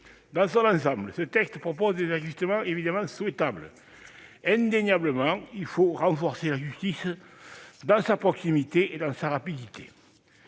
Dans son ensemble, ce texte propose des ajustements évidemment souhaitables. Il faut indéniablement renforcer la justice dans sa proximité et sa rapidité.